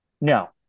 no